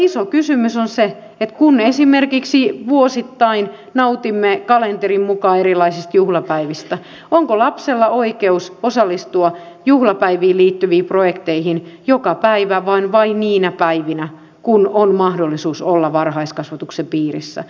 iso kysymys on se että kun esimerkiksi vuosittain nautimme kalenterin mukaan erilaisista juhlapäivistä onko lapsella oikeus osallistua juhlapäiviin liittyviin projekteihin joka päivä vai vain niinä päivinä kun on mahdollisuus olla varhaiskasvatuksen piirissä